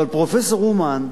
אבל פרופסור אומן,